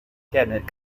cabinet